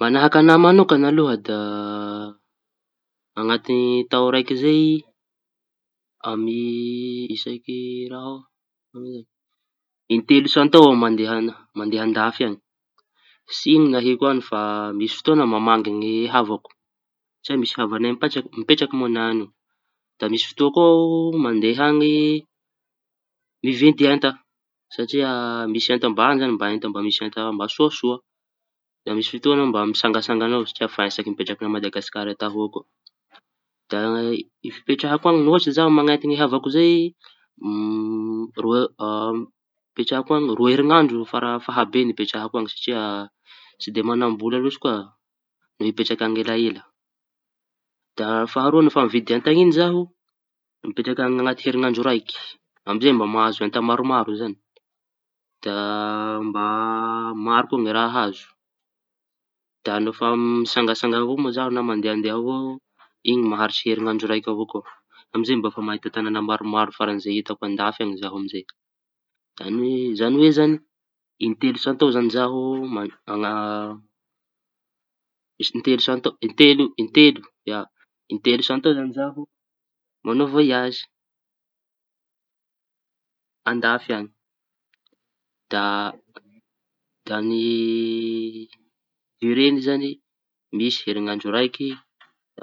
Mañahaky aña mañokana aloha da añaty tao raiky amy isaky raha zay in-telo isan-taona mandeana mandea an-dafy any. Tsy iño no aleko añy fa misy fotoa mamangy ny havako satria mi- misy havañay mipetraky mipetraky moa ny añy. Da misy fotô ko mandea añy hividy entaña satria misy enta mba añy zañy mba misy enta sosoa. Da misy fotoaña mba mitsangatsanga avao fa hentsaky mipetraky madagasikara ataôko. Da fipetrahako añy no ohatry zao mañenty ny havako zay. Fipetrahako añy fara fahabeany da ro- roa heriñandro satria tsy dia mañambola lôatsy koa iaho no mipetsaky añy elaela. Da faharoa no fa mividy enta iñy zaho eda mipetraky añy añaty heriñandro raiky mba mahazo enta maromaro zañy da mba maro koa ny raha azo; da no fa mitsangatsanga avao moa zaho na mandeandea avao iñy maharitsy heriñandro raiky avao koa amizay mba efa mahita tañana maromaro farañy zay hitako an-dafy añy zaho amizay. Ami zañy hoe zañy in-telo san tao zaho m- maña in-telo in-telo isan-taoña zañy zaho mañao voyaze an-dafy añy. Da ny ireñy zañy misy heriñandro raiky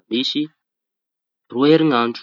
misy roa heriñandro.